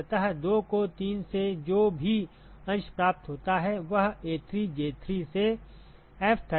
तो सतह 2 को 3 से जो भी अंश प्राप्त होता है वह A3J3 से F32 है